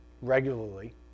regularly